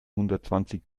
hundertzwanzig